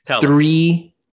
Three